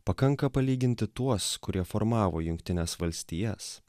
pakanka palyginti tuos kurie formavo jungtines valstijas